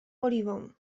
oliwą